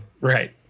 Right